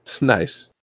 Nice